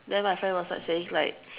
then my friend was like saying like